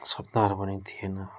शब्दहरू पनि थिएन